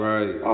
Right